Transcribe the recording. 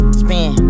spin